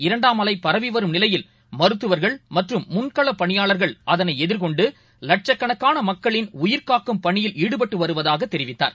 இரண்டாம் அலைபரவிவரும் நிலையில் மருத்துவர்கள் நோய் தொற்றின் மற்றும் முன்களபணியாளர்கள் அதனைஎதிர்கொண்டுலட்சக்கணக்கானமக்களின் உயிர்க்காக்கும் பணியில் ஈடுபட்டுவருவதாகதெரிவித்தார்